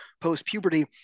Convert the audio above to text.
post-puberty